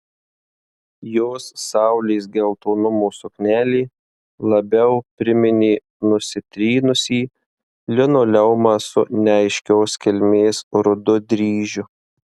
jos saulės geltonumo suknelė labiau priminė nusitrynusį linoleumą su neaiškios kilmės rudu dryžiu